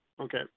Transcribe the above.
okay